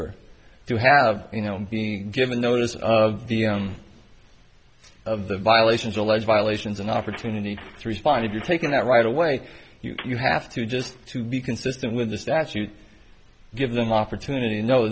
holder to have you know being given notice of the violations alleged violations an opportunity to respond if you're taking that right away you have to just to be consistent with the statute give them opportunity